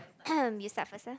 you start first ah